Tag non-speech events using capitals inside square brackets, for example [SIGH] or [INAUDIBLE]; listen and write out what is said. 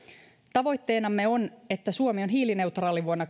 tavoitteenamme on että suomi on hiilineutraali vuonna [UNINTELLIGIBLE]